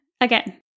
Again